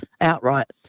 Outright